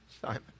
Simon